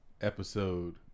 episode